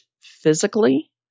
physically